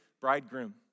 bridegroom